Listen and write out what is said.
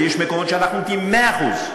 ויש מקומות שאנחנו נותנים 100%,